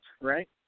right